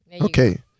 Okay